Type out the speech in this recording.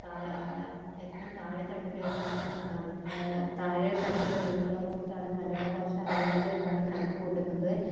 താ ഏറ്റവും താഴെ തട്ടിലേക്കാണ് താഴെ തട്ടിലുള്ളവർക്കാണ് മലയാള ഭാഷ അറിയുന്നത് എന്നാണ് കണക്ക് കൂട്ടുന്നത്